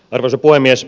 arvoisa puhemies